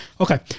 Okay